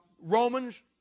Romans